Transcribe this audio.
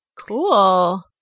Cool